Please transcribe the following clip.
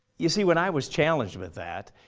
you see when i was challenged with that,